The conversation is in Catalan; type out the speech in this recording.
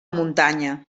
muntanya